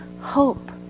hope